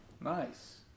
Nice